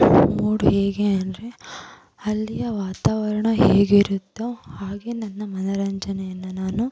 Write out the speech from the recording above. mood ಹೇಗೆ ಅಂದರೆ ಅಲ್ಲಿಯ ವಾತಾವರಣ ಹೇಗಿರುತ್ತೋ ಹಾಗೆ ನನ್ನ ಮನೋರಂಜನೆಯನ್ನು ನಾನು